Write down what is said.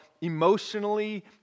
emotionally